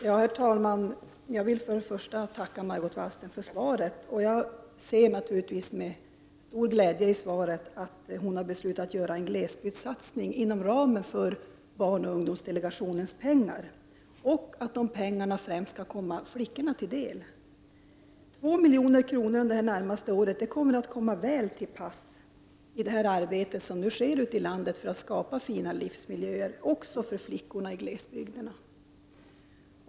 Herr talman! Jag vill först tacka Margot Wallström för svaret. Jag ser naturligtvis med stor glädje på att hon har beslutat att göra en glesbygdssatsning inom ramen för de medel som fördelas av barnoch ungdomsdelegationen och att dessa medel främst skall komma flickorna till del. 2 milj.kr. under det närmaste året skall komma väl till pass i det arbete som bedrivs ute i landet för att skapa fina livsmiljöer också för flickorna i glesbygden.